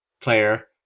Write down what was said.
player